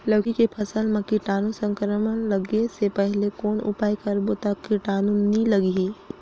लौकी के फसल मां कीटाणु संक्रमण लगे से पहले कौन उपाय करबो ता कीटाणु नी लगही?